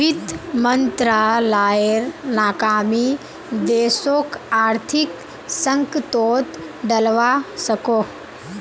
वित मंत्रालायेर नाकामी देशोक आर्थिक संकतोत डलवा सकोह